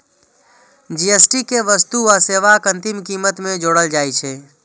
GST कें वस्तु आ सेवाक अंतिम कीमत मे जोड़ल जाइ छै